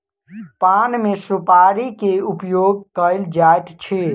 पान मे सुपाड़ी के उपयोग कयल जाइत अछि